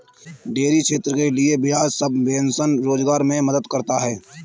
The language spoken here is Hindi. डेयरी क्षेत्र के लिये ब्याज सबवेंशन रोजगार मे मदद करता है